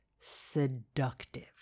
seductive